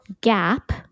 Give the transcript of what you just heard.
gap